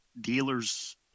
dealers